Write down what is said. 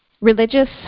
religious